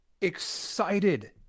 excited